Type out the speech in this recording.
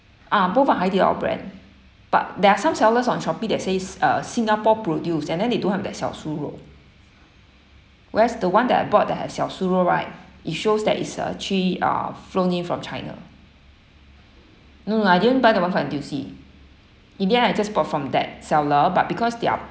ah both are Haidilao brand but there are some sellers on shopee that says uh singapore produced and then they don't have that xiaosurou whereas the one that I bought that has xiaosurou right it shows that it's actually uh flown in from china no no I didn't buy the one from N_T_U_C in the end I just bought from that seller but because they're